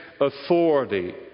authority